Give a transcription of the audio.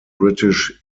british